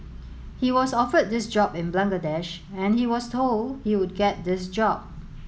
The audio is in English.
he was offered this job in Bangladesh and he was told he would get this job